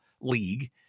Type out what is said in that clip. league